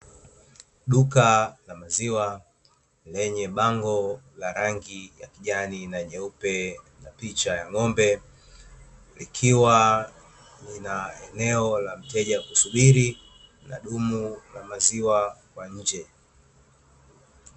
Duka la maziwa, lenye bango la rangi ya kijani na nyeupe na picha ya ng'ombe, likiwa lina eneo la mteja kusubiri na dumu la maziwa kwa nje.